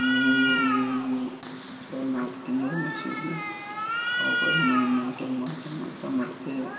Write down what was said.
ಮೂರು ಅಥ್ವಾ ನಾಲ್ಕು ತಿಂಗ್ಳು ಮೇಯ್ಸಿದ್ವಿ ಅವುಗಳನ್ನು ಮೆಂಟೇನ್ ಮಾಡ್ತ ಮಾಡ್ತ ಮತ್ತು